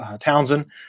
Townsend